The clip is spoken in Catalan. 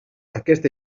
aquest